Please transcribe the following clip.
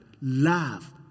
love